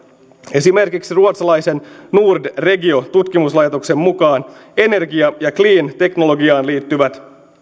esimerkiksi ruotsalaisen nordregio tutkimuslaitoksen mukaan energia ja clean teknologiaan liittyvien